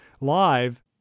live